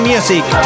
Music